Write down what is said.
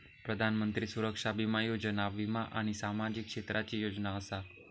प्रधानमंत्री सुरक्षा बीमा योजना वीमा आणि सामाजिक क्षेत्राची योजना असा